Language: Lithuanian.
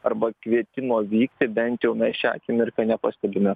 arba kvietimo vykti bent jau mes šią akimirką nepastebime